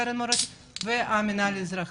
קרן מורשת ומנהל אזרחי.